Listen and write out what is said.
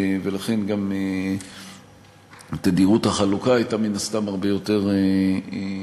לכן גם תדירות החלוקה הייתה מן הסתם הרבה יותר רציפה.